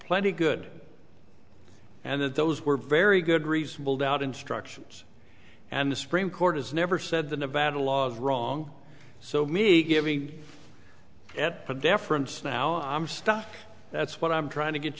plenty good and that those were very good reasonable doubt instructions and the supreme court has never said the nevada law is wrong so me giving at deference now i'm stuck that's what i'm trying to get